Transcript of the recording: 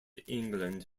england